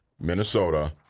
Minnesota